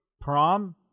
prom